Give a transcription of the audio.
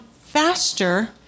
faster